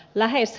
lähes